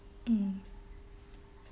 mm